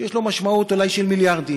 שיש לו משמעות אולי של מיליארדים,